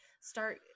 start